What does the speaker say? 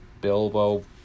Bilbo